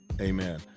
Amen